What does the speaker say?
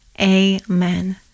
amen